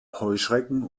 heuschrecken